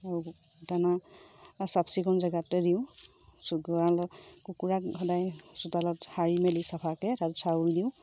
আৰু দানা চাফ চিকুণ জেগাতে দিওঁ গঁৰালত কুকুৰাক সদায় চোতালত সাৰি মেলি চফাকৈ তাত চাউল দিওঁ